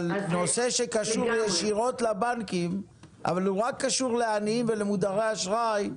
אבל נושא שקשור ישירות לבנקים אבל קשור רק לעניים ולמודרי אשראי,